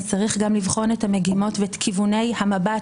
צריך גם לבחון את המגמות וכיווני המבט